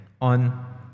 on